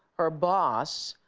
her boss,